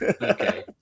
Okay